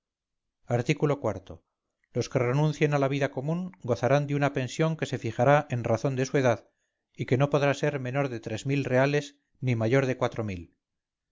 art o los que renuncien a la vida común gozarán de una pensión que se fijará en razón de su edad y que no podrá ser menor de tres mil reales ni mayor de cuatro mil